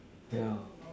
yeah